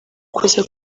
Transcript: kuza